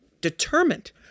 Determined